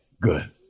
good